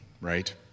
right